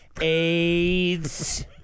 AIDS